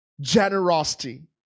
generosity